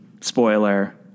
spoiler